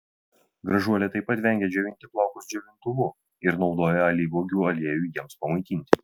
gražuolė taip pat vengia džiovinti plaukus džiovintuvu ir naudoja alyvuogių aliejų jiems pamaitinti